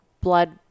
blood